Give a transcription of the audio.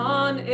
on